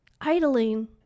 idling